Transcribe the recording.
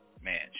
Man